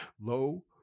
Low